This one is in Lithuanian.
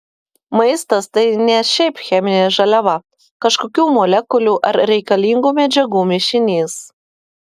maistas tai ne šiaip cheminė žaliava kažkokių molekulių ar reikalingų medžiagų mišinys